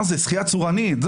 מדברים על שחייה צורנית.